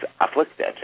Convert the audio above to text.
afflicted